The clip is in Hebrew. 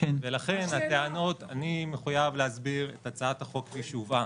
אני מחויב להבהיר את הצעת החוק כפי שהובאה,